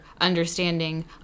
understanding